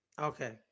Okay